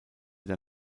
der